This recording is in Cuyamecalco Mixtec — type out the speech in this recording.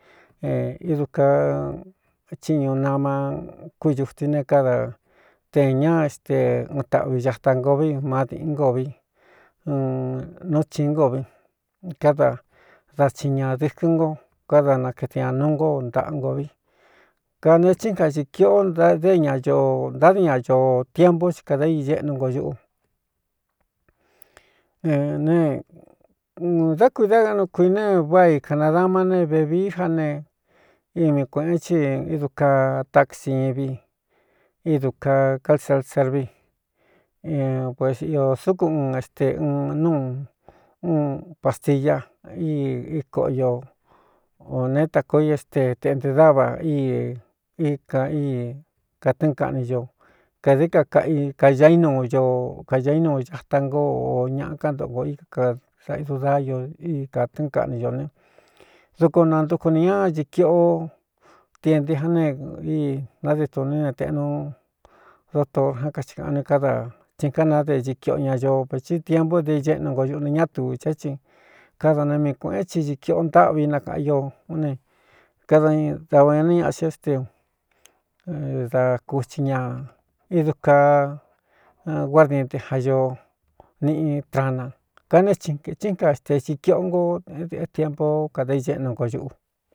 Idu kaa chiñu nama kúduti ne káda ten ña éste un taꞌvi ñata ngo vi má diꞌɨn ngo vi n nú tsiín ngo vi káda da ti ñā dɨkɨn nko káda nakete ñā nú nko ntaꞌa ngo vi ka neé thín kadi kiꞌo dé ña ntádi ña ñoo tiempu ci kada i ñéꞌnu nko ñuꞌu ne n dá kui dá aꞌnu kuine váꞌā i kanadama ne vevií já ne imi kuēꞌen chi ídu kaa taksivi idu kaa calsel servi pues iō dúku un éste n núu uu pastila í íkoꞌ io ō nēé takoo i é ste teꞌnte dáva í íkān í kātɨ̄ꞌɨn kaꞌni ño kādií ka kaꞌi kaña ínuu ño kaa ínuu ñata ngó ō ñaꞌa kántoꞌo nkō i ka kda i a io i kātɨ́ꞌɨn kaꞌni ñō ne duko nantuku nī ñáīꞌ kiꞌo tienti já ne íi nade tuní ne teꞌnu dotor ján kai kāꞌan ni káda tsin kánade i kiꞌo ña ño vati tiempu dé iñéꞌnu nko ñuꞌ ne ñátu ché tsi kada ne mii kuēꞌen thi īꞌ kiꞌo ntáꞌvi nakāꞌan io ne kádada oainɨ ñaꞌa cinó ste u da kuti ña idu kaa guardi tiꞌ jan ño niꞌi trana kanéé in ētín ka xte xi kiꞌo nkoédēꞌe tiempo kada iéꞌnu nko ñuꞌu.